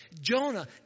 Jonah